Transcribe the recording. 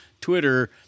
Twitter